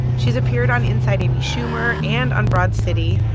she's appeared on inside amy schumer and on broad city,